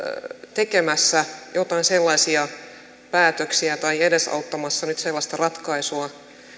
tekemässä jotain sellaisia päätöksiä tai edesauttamassa nyt sellaista ratkaisua